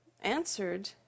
answered